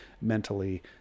mentally